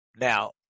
Now